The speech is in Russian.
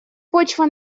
почва